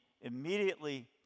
immediately